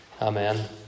Amen